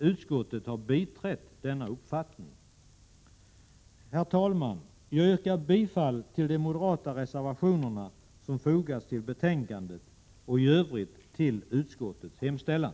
Utskottet har biträtt denna uppfattning. Herr talman! Jag yrkar bifall till de moderata reservationer som fogats till betänkandet och i övrigt till utskottets hemställan.